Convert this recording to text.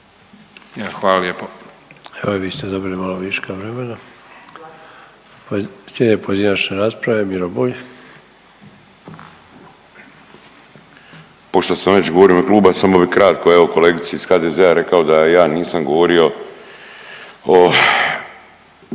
Ante (HDZ)** Evo i vi ste dobili malo više vremena. Slijedi pojedinačne rasprave, Miro Bulj. **Bulj, Miro (MOST)** Pošto sam već govorio u ime kluba, samo bih kratko evo kolegici iz HDZ-a rekao da ja nisam govorio o